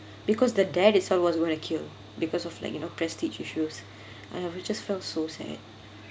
because the dad itself was going to kill because of like you know prestige issues I which just felt so sad ya